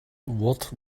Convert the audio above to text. what